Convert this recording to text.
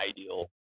ideal